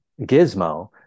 gizmo